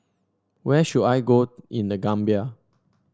where should I go in The Gambia